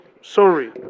Sorry